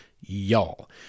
y'all